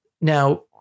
now